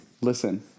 Listen